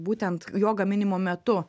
būtent jo gaminimo metu